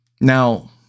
Now